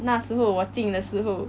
那时候我进的时候